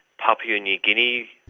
papua new guinea.